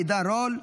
עידן רול,